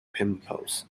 pimples